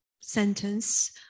sentence